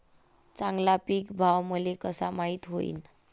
चांगला पीक भाव मले कसा माइत होईन?